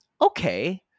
okay